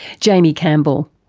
jaimie campbell.